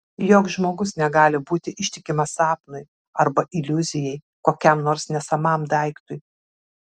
joks žmogus negali būti ištikimas sapnui arba iliuzijai kokiam nors nesamam daiktui